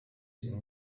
izi